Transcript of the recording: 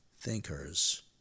thinkers